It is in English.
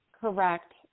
Correct